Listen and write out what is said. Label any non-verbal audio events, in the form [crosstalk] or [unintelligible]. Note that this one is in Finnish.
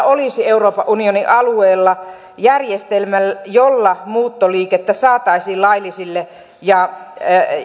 [unintelligible] olisi euroopan unionin alueella järjestelmä jolla muuttoliikettä saataisiin laillisille ja